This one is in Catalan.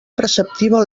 preceptiva